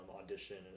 audition